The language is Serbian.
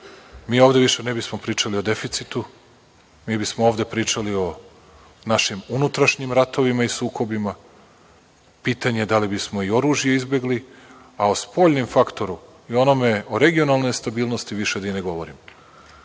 Mi ovde više ne bismo pričali o deficitu, mi bismo ovde pričali o našim unutrašnjim ratovima i sukobima. Pitanje je da li bismo i oružje izbegli, a o spoljnjem faktoru i o regionalnoj stabilnosti više i da ne govorim. Zato